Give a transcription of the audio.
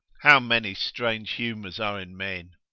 how many strange humours are in men!